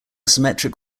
symmetric